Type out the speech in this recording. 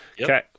Okay